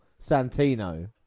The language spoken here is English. Santino